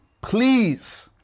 please